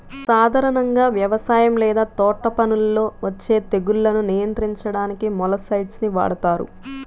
సాధారణంగా వ్యవసాయం లేదా తోటపనుల్లో వచ్చే తెగుళ్లను నియంత్రించడానికి మొలస్సైడ్స్ ని వాడుతారు